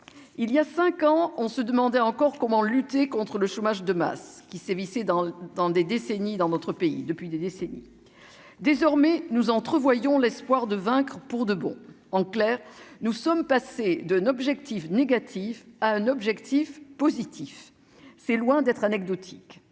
il y a 5 ans, on se demandait encore comment lutter contre le chômage de masse qui sévissait dans dans des décennies dans notre pays depuis des décennies, désormais nous entrevoyons l'espoir de vaincre pour de bon, en clair, nous sommes passés de N'objective négatif à un objectif positif c'est loin d'être anecdotique